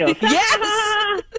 Yes